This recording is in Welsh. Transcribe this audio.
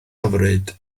hyfryd